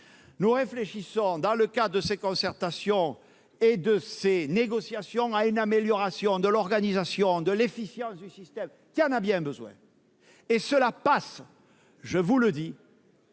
nous réfléchissons, dans le cadre de ces concertations et de ces négociations, à une amélioration de l'organisation et de l'efficience du système, qui en a bien besoin. Cela passe, je vous le dis,